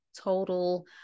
total